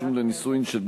שלישית.